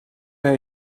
bij